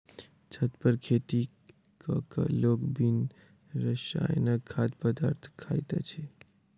छत पर खेती क क लोक बिन रसायनक खाद्य पदार्थ खाइत अछि